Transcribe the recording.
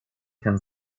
can